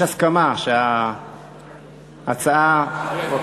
שיש הסכמה שההצעה, יש הסכמה.